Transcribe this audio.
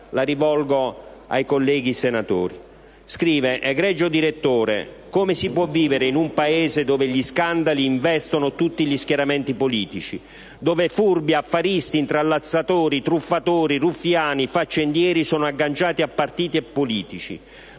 io rivolgo ai colleghi senatori): «Egregio direttore, come si può vivere in un Paese dove gli scandali investono tutti gli schieramenti politici? Dove furbi, affaristi, intrallazzatori, truffatori, ruffiani, faccendieri sono "agganciati" a partiti e politici?